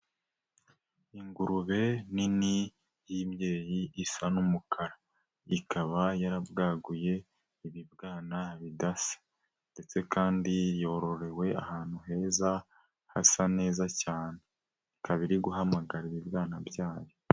Ingurube nini y'imbyeyi isa n'umukara, ikaba yarabwaguye ibibwana bidasa ndetse kandi yororewe ahantu heza hasa neza cyane, ikaba iri guhamagarira ibibwana byayo.